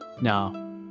Now